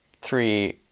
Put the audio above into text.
three